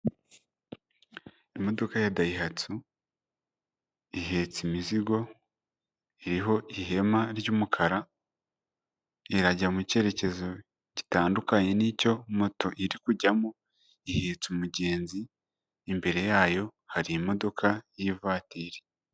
Imodoka ya dayihatsu ihetse imizigo, iriho ihema ry'umukara, irajya mu cyerekezo gitandukanye n'icyo moto iri kujyamo, ihetse umugenzi, imbere yayo hari imodoka y'ivatiri.